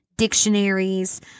dictionaries